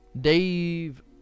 Dave